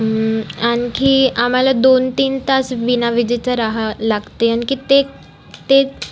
आणखी आम्हाला दोन तीन तास विना विजेचे राहावे लागते आणखी ते ते